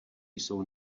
jsou